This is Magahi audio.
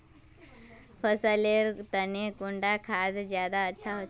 फसल लेर तने कुंडा खाद ज्यादा अच्छा होचे?